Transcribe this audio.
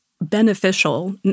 beneficial—